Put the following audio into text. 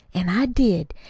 an' i did.